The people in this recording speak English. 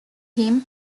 him